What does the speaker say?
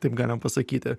taip galima pasakyti